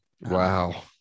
Wow